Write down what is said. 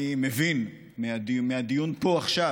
אני מבין מהדיון פה עכשיו